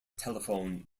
telephone